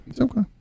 Okay